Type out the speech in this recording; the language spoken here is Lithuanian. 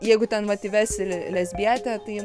jeigu ten vat įvesi lesbietė tai